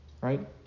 right